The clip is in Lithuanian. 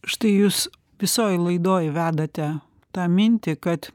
štai jūs visoj laidoj vedate tą mintį kad